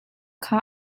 kha